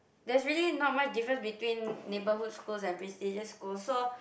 there's really not much difference between neighbourhood schools and prestigious schools so